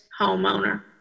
homeowner